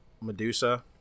Medusa